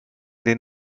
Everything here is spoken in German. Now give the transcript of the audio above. den